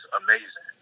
amazing